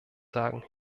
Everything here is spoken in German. sagen